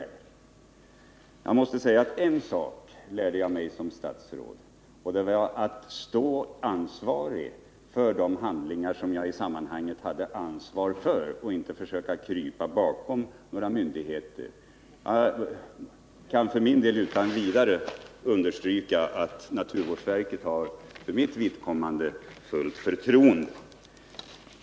En sak lärde jag mig som statsråd, nämligen att stå ansvarig för de handlingar som jag i sammanhanget hade ansvar för och inte försöka krypa bakom några myndigheter. Jag kan utan vidare understryka att naturvårdsverket har mitt fulla förtroende.